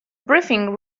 briefing